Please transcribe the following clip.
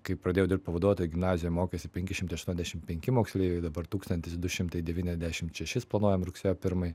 kai pradėjau dirbt pavaduotoju gimnazijoj mokėsi penki šimtai aštuoniasdešimt penki moksleiviai dabar tūkstantis du šimtai devyniasdešimt šešis planuojam rugsėjo pirmai